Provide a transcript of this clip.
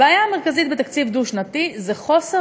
הבעיה המרכזית בתקציב דו-שנתי זה חוסר